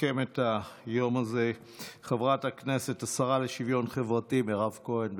תסכם את היום הזה חברת הכנסת השרה לשוויון חברתי מירב כהן,